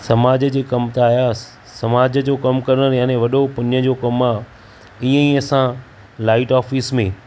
समाज जे कमु त आयासीं समाज जो कमु करण यानी वॾो पुञ जो कमु आ ईअं ई असां लाइट ऑफ़िसु में